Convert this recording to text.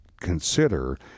consider